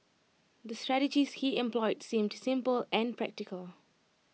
the strategies he employed seemed simple and practical